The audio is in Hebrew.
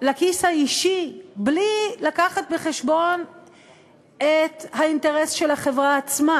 לכיס האישי בלי להביא בחשבון את האינטרס של החברה עצמה,